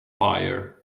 fire